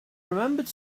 remembered